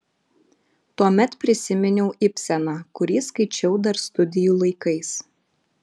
tuomet prisiminiau ibseną kurį skaičiau dar studijų laikais